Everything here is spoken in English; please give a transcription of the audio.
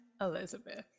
elizabeth